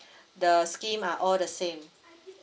the scheme are all the same